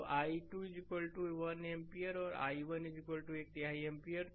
तो यह i2 1 ampere और i1 एक तिहाई एम्पीयर